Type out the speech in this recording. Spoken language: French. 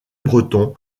breton